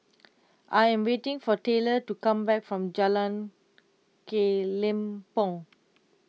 I am waiting for Tyler to come back from Jalan Kelempong